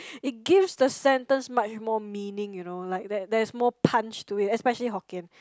it gives the sentence much more meaning you know like there there is more punch to it especially hokkien